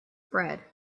bread